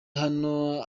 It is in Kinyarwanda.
hano